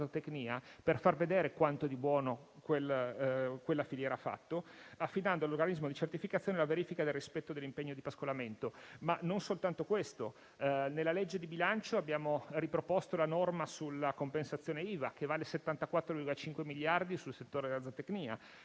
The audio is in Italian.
di far vedere quanto di buono quella filiera ha fatto, affidando all'organismo di certificazione la verifica del rispetto dell'impegno di pascolamento. Ma non c'è soltanto questo. Nella legge di bilancio abbiamo riproposto la norma sulla compensazione IVA, che vale 74,5 miliardi nel settore della zootecnia.